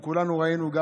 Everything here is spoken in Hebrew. כולנו ראינו,